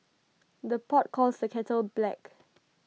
the pot calls the kettle black